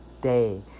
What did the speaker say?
day